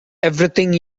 everything